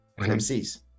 MCs